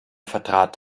vertrat